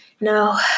No